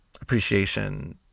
appreciation